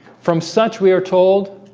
from such we are told